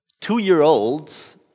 two-year-olds